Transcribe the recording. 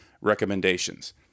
recommendations